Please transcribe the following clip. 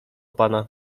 pana